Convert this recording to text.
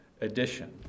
edition